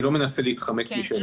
אני לא מנסה להתחמק משאלתך.